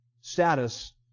status